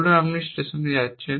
বলুন আপনি ট্রেনে যাচ্ছেন